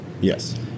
Yes